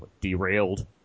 Derailed